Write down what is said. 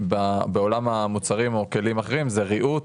בעולם המוצרים או כלים אחרים זה ריהוט,